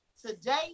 Today